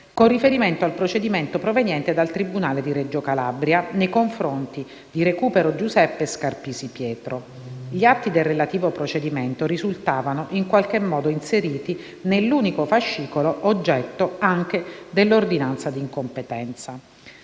con riferimento al procedimento proveniente dal tribunale di Reggio Calabria, nei confronti di Recupero Giuseppe e Scarpisi Pietro. Gli atti del relativo procedimento risultavano in qualche modo inseriti nell'unico fascicolo oggetto anche dell'ordinanza di incompetenza.